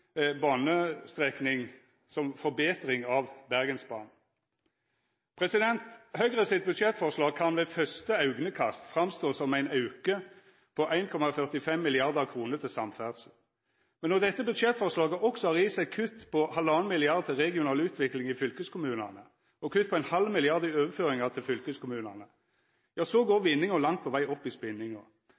banestrekning som forbetring av Bergensbanen. Høgre sitt budsjettforslag kan ved første augnekast stå fram som ein auke på 1,45 mrd. kr til samferdsel, men når dette budsjettforslaget også har i seg kutt på 1,5 mrd. kr til regional utvikling i fylkeskommunane, og kutt på 0,5 mrd. kr i overføringar til fylkeskommunane, så går vinninga langt på veg opp i spinninga.